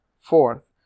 fourth